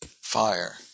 fire